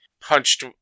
punched